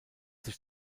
sich